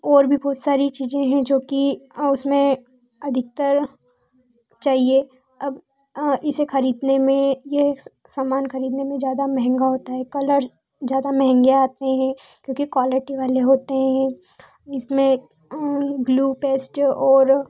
और भी बहुत सारी चीज़ें हैं जो कि उसमें अधिकतर चाहिए अब इसे ख़रीदने में ये सामान ख़रीदने में ज़्यादा महँगा होता है कलर ज़्यादा महँगे आते हैं क्योंकि क्वालिटी वाले होते हैं इसमें ग्लू पेस्ट और